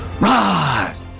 rise